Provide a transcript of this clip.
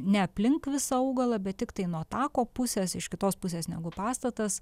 ne aplink visą augalą bet tiktai nuo tako pusės iš kitos pusės negu pastatas